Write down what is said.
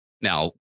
Now